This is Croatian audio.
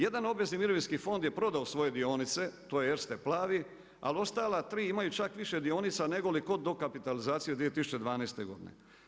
Jedan obvezni mirovinski fond je prodao svoje dionice, to je Erste plavi, al ostala 3 imaju čak više dionica nego li kod dokapitalizacije 2012. godine.